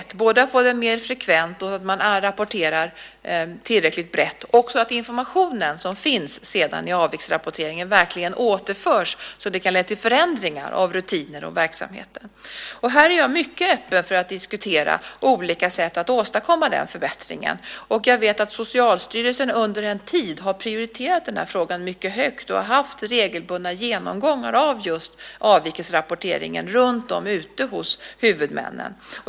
Det gäller både att få den mer frekvent och att man rapporterar tillräckligt brett. Det gäller också att information som sedan finns i avvikelserapporteringen verkligen återförs så att det kan leda till förändringar av rutiner och verksamheter. Här är jag mycket öppen för att diskutera olika sätt att åstadkomma den förbättringen. Jag vet att Socialstyrelsen under en tid har prioriterat den frågan mycket högt. Man har haft regelbundna genomgångar av just avvikelserapporteringen runtom i landet ute hos huvudmännen.